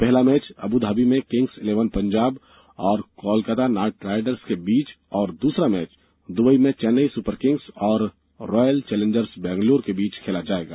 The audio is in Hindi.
पहला मैच अब्धाबी में किंग्स इलेवन पंजाब और कोलकाता नाइट राइडर्स के बीच तथा दूसरा मैच दुबई में चेन्नई सुपरकिंग्स और रॉयल चैलेंजर्स बंगलौर के बीच खेला जाएगा